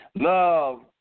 Love